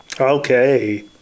Okay